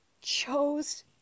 chose